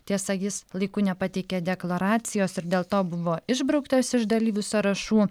tiesa jis laiku nepateikė deklaracijos ir dėl to buvo išbrauktas iš dalyvių sąrašų